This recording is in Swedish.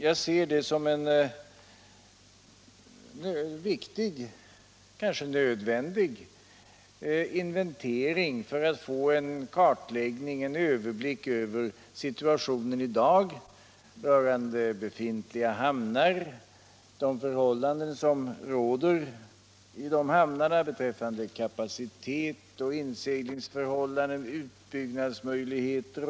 Jag ser det som en viktig — kanske nödvändig - inventering för att få en kartläggning, en överblick över situationen i dag rörande befintliga hamnar, de förhållanden som råder i dessa hamnar beträffande kapacitet och inseglingsförhållanden, utbyggnadsmöjligheter etc.